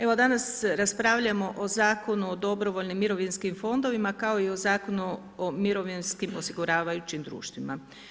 Evo, danas raspravljamo o Zakonu o dobrovoljnim mirovinskim fondovima kako i o Zakonu o mirovinskim osiguravajućim društvima.